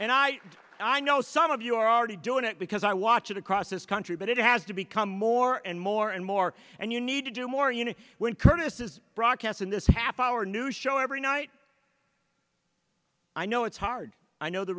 and i i know some of you are already doing it because i watch it across this country but it has to become more and more and more and you need to do more you know when curtis is broadcast in this half hour news show every night i know it's hard i know the